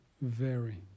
vary